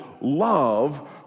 love